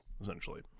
essentially